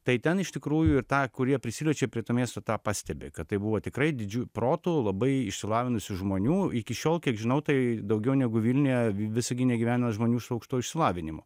tai ten iš tikrųjų ir tą kurie prisiliečia prie to miesto tą pastebi kad tai buvo tikrai didžių protų labai išsilavinusių žmonių iki šiol kiek žinau tai daugiau negu vilniuje visagine gyveno žmonių su aukštuoju išsilavinimu